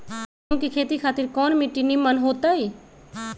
गेंहू की खेती खातिर कौन मिट्टी निमन हो ताई?